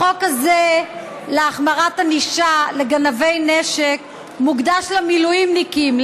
החוק הזה להחמרת ענישה לגנבי נשק מוקדש למילואימניקים,